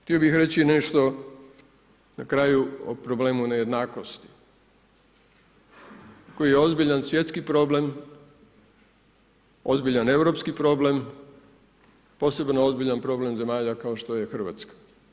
Htio bi reći nešto na kraju o problemu nejednakosti, koji je ozbiljan svjetski problem, ozbiljan europski problem posebno ozbiljan problem zemalja kao što je Hrvatska.